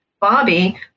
Bobby